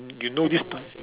you know this t~